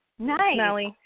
Nice